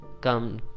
come